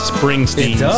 Springsteen